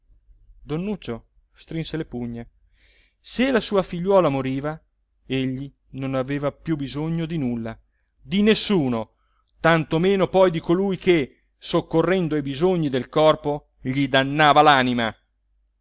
don nuccio strinse le pugna se la sua figliuola moriva egli non aveva più bisogno di nulla di nessuno tanto meno poi di colui che soccorrendo ai bisogni del corpo gli dannava